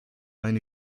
eine